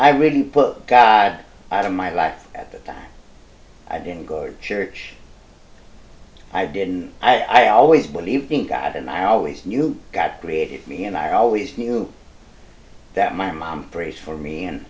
wouldn't put god out of my life at the time i didn't go to church i didn't i always believed in god and i always knew god created me and i always knew that my mom prays for me and